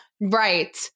Right